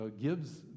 gives